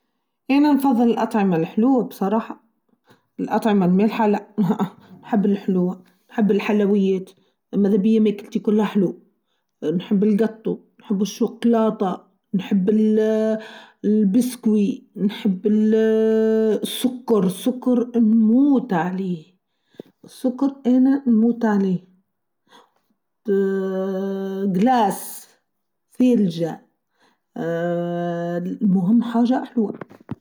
أنا نفضل الأطعمة الحلوة بصراحة الأطعمة المالحه لا نحب الحلوة نحب الحلويات ماذا بيا ما يكلتي كلها حلو نحب الجاتو نحب الشوكولاتة نحب البسكوي نحب السكر السكر نموت عليه السكر أنا نموت عليه ااااا غلاس فلجة ااا المهم حاجة حلوة.